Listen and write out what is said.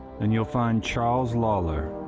and you'll find charles lawlor.